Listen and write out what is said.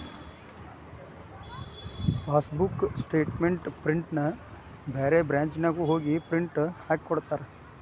passbook statement ಪ್ರಿಂಟ್ನ ಬ್ಯಾರೆ ಬ್ರಾಂಚ್ನ್ಯಾಗು ಹೋಗಿ ಪ್ರಿಂಟ್ ಹಾಕಿಕೊಡ್ತಾರ